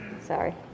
sorry